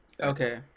Okay